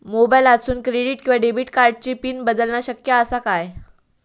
मोबाईलातसून क्रेडिट किवा डेबिट कार्डची पिन बदलना शक्य आसा काय?